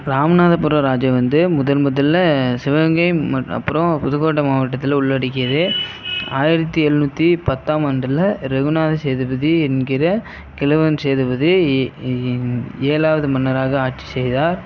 ராமநாதபுரம் ராஜ்ஜியம் வந்து முதன் முதலில் சிவகங்கை ம அப்புறம் புதுக்கோட்டை மாவட்டத்தில் உள்ளடக்கியது ஆயிரத்து எழுநூற்றி பத்தாம் ஆண்டில் ரகுநாத சேதுபதி என்கிற கிழவன் சேதுபதி ஏழாவது மன்னராக ஆட்சி செய்தார்